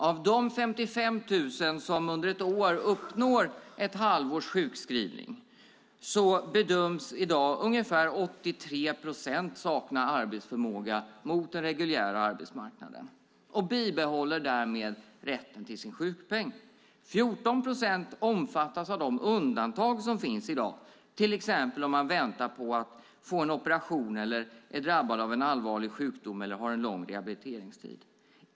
Av dessa 55 000 som under ett år uppnår ett halvårs sjukskrivning bedöms i dag ungefär 83 procent sakna arbetsförmåga mot den reguljära arbetsmarknaden och bibehåller därmed rätten till sjukpenning. 14 procent omfattas av de undantag som finns i dag, till exempel om man väntar på att få en operation, är drabbad av en allvarlig sjukdom eller har en lång rehabilitering.